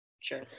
sure